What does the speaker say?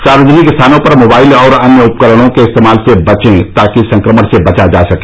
सार्वजनिक स्थानों पर मोबाइल और अन्य उपकरणों के इस्तेमाल से बचें ताकि संक्रमण से बचा जा सके